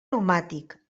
aromàtic